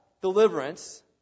deliverance